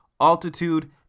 altitude